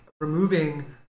removing